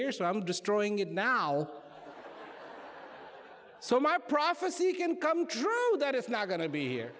here so i'm destroying it now so my prophecy can come true that is not going to be here